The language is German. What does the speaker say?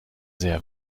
sehr